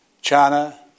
China